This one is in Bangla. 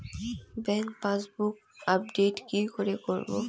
ব্যাংক পাসবুক আপডেট কি করে করবো?